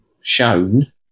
shown